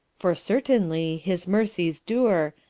for certainly his mercies dure,